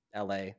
LA